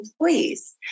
employees